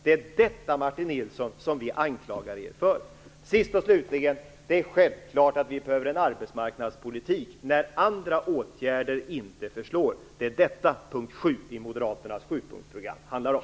Det är detta, Martin Nilsson, som vi anklagar er för. Sist och slutligen vill jag säga att det är självklart att vi behöver en arbetsmarknadspolitik när andra åtgärder inte förslår. Det är detta punkt sju i Moderaternas sjupunktsprogram handlar om.